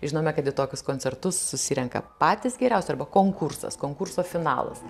žinome kad į tokius koncertus susirenka patys geriausi arba konkursas konkurso finalas